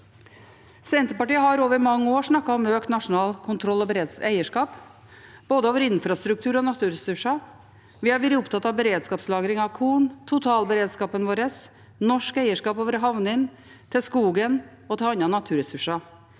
Senterpartiet har over mange år snakket om økt nasjonal kontroll og eierskap over både infrastruktur og naturressurser. Vi har vært opptatt av beredskapslagring av korn, totalberedskapen vår, norsk eierskap av havnene, skogen og andre naturressurser.